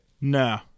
No